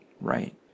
right